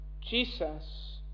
Jesus